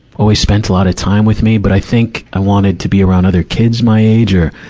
always spent a lot of time with me. but i think i wanted to be around other kids my age. or,